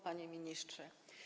Panie Ministrze!